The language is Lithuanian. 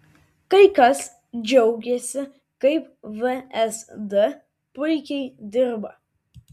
kai kas džiaugėsi kaip vsd puikiai dirba